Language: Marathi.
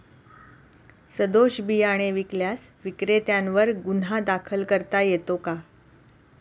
सदोष बियाणे विकल्यास विक्रेत्यांवर गुन्हा दाखल करता येतो का?